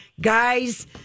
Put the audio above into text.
guy's